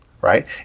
right